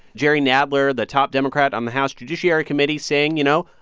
jerry nadler, the top democrat on the house judiciary committee, saying, you know,